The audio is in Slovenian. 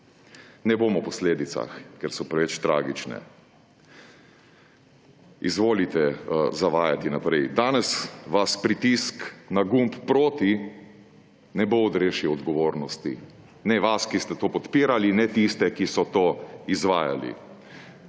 Ne bomo o posledicah, ker so preveč tragične. Izvolite zavajati naprej! Danes vas pritisk na gumb proti ne bo odrešil odgovornosti, ne vas, ki ste to podpirali, ne tistih, ki so to izvajali.